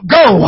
go